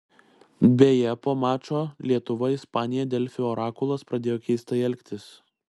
beje po mačo lietuva ispanija delfi orakulas pradėjo keistai elgtis